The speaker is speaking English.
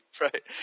Right